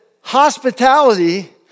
hospitality